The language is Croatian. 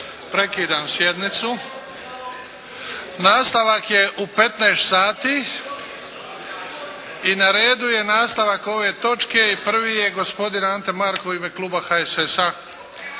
Prekidam sjednicu. Nastavak je u 15 sati i na redu je nastavak ove točke, prvi je gospodin Ante Markov u ime kluba HSS-a.